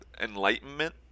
Enlightenment